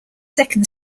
second